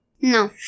No